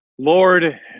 Lord